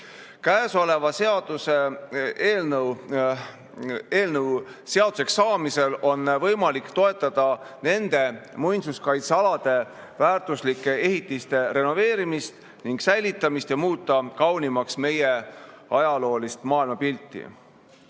Käesoleva seaduseelnõu seaduseks saamisel on võimalik toetada nende muinsuskaitsealade väärtuslike ehitiste renoveerimist ja säilitamist ning muuta kaunimaks meie ajaloolist maailmapilti.